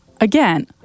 Again